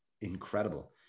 incredible